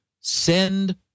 send